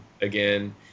again